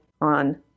on